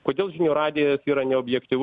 kodėl žinių radijas yra neobjektyvu